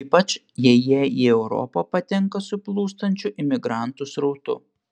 ypač jei jie į europą patenka su plūstančiu imigrantų srautu